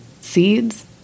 seeds